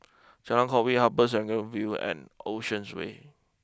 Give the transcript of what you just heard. Jalan Kwok Min Upper Serangoon view and Oceans way